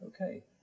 Okay